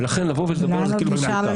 לכן לבוא ולדבר על זה כאילו במנותק?